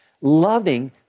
loving